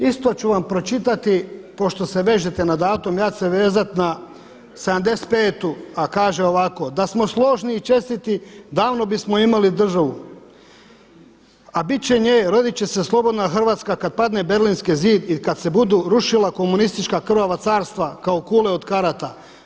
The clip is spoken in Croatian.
Isto ću vam pročitati pošto se vežete na datum, ja ću se vezati na 75., a kaže ovako: „Da smo složni i čestiti davno bismo imali državu, a bit će nje, rodit će se slobodna Hrvatska kada padne Berlinski zid i kada se budu rušila komunistička krvava carstva kao kule od karata.